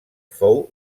fou